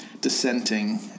dissenting